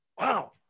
Wow